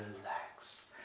Relax